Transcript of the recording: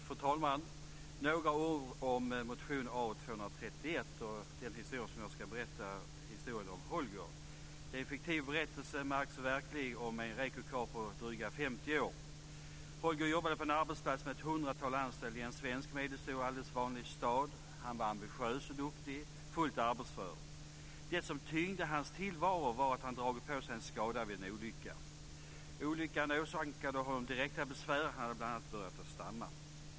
Fru talman! Jag vill säga några ord om motion A231. Jag ska nu berätta historien om Holger. En fiktiv berättelse, men ack så verklig, om en reko karl på dryga femtio år. Holger jobbade på en arbetsplats med ett hundratal anställda i en svensk, medelstor, alldeles vanlig stad. Han var ambitiös och duktig, fullt arbetsför. Det som tyngde hans tillvaro var att han dragit på sig en skada vid en olycka. Olyckan åsamkade honom direkta besvär, och han hade bl.a. börjat stamma.